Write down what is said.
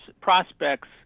prospects